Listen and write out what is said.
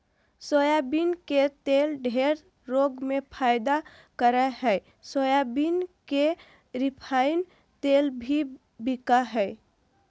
soybean के तेल ढेर रोग में फायदा करा हइ सोयाबीन के रिफाइन तेल भी बिका हइ